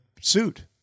suit